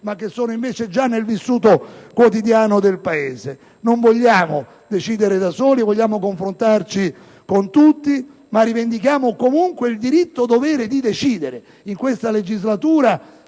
ma che sono, invece, già presenti nel vissuto quotidiano del Paese. Non vogliamo decidere da soli, vogliamo confrontarci con tutti, ma rivendichiamo, comunque, il diritto-dovere di decidere in questa legislatura,